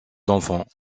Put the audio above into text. d’enfant